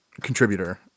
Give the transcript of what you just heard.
contributor